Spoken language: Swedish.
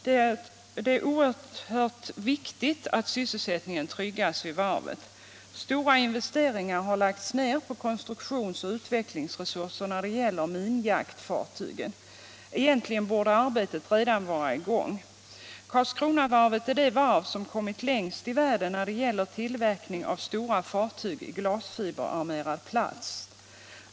Det är av stor vikt att sysselsättningen tryggas vid varvet. Stora investeringar har lagts ned på konstruktions och utvecklingsresurser när det gäller minjaktfartygen. Egentligen borde det arbetet redan vara i gång. Karlskronavarvet har kommit längst i världen när det gäller tillverkning av stora fartyg i glasfiberarmerad plast.